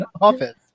office